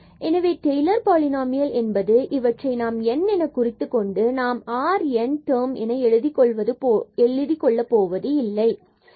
எனவே Taylor polynomial என்பது இவற்றை நாம் n என குறித்துக்கொண்டு நாம் இதனை r n term என எழுதி கொள்ளப் போவது இல்லை